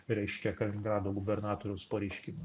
reiškia kaliningrado gubernatoriaus pareiškima